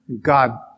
God